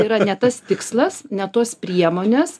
yra ne tas tikslas ne tos priemonės